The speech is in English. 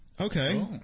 Okay